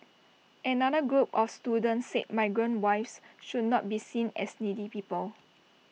another group of students said migrant wives should not be seen as needy people